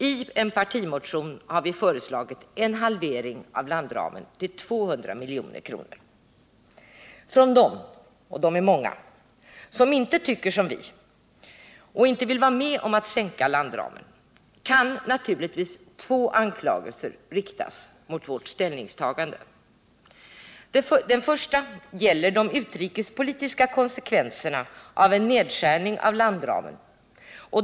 I en partimotion har vi föreslagit en halvering av landramen till 200 milj.kr. Från dem — och de är många —- som inte tycker som vi och som inte vill vara med om att sänka landramen kan naturligtvis två anklagelser riktas mot vårt Nr 135 ställningstagande. Den första gäller de utrikespolitiska konsekvenserna av en Onsdagen den nedskärning av landramen.